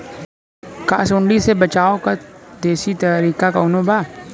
का सूंडी से बचाव क देशी तरीका कवनो बा?